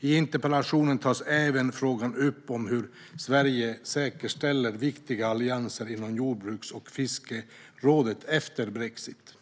I interpellationen tas även frågan upp om hur Sverige säkerställer viktiga allianser inom jordbruks och fiskerådet efter brexit.